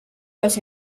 los